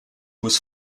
was